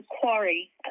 quarry